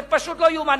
זה פשוט לא יאומן.